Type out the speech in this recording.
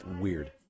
weird